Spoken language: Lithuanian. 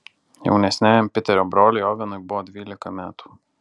jaunesniajam piterio broliui ovenui buvo dvylika metų